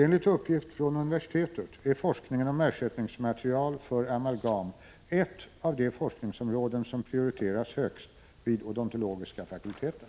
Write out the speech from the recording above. Enligt uppgift från universitetet är forskningen om ersättningsmaterial för amalgam ett av de forskningsområden som prioriteras högst vid odontologiska fakulteten.